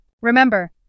Remember